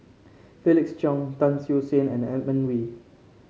Felix Cheong Tan Siew Sin and Edmund Wee